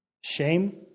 Shame